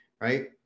Right